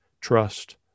trust